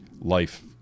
life